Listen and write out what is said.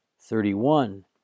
thirty-one